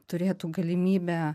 turėtų galimybę